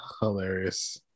Hilarious